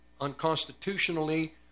unconstitutionally